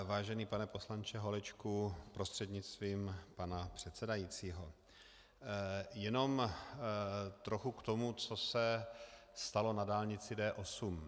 Vážený pane poslanče Holečku prostřednictvím pana předsedajícího, jenom trochu k tomu, co se stalo na dálnici D8.